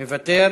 מוותר.